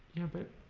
yeah but